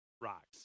Rocks